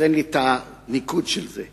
אז אין לי ניקוד של זה,